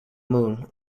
moon